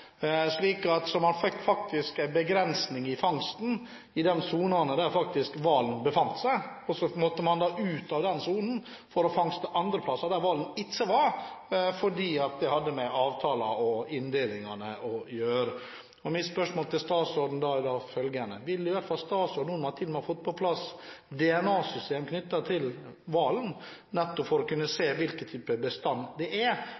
fangsten i de sonene der hvalen faktisk befant seg, og så måtte man da ut av den sonen for å fangste andre steder, der hvalen ikke var, fordi det hadde med avtaler og inndelinger å gjøre. Mitt spørsmål til statsråden er da følgende: Vil statsråden – nå som man til og med har fått på plass DNA-system knyttet til hvalen, for å kunne se hvilken type bestand det er